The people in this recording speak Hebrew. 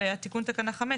ותיקון תקנה 5,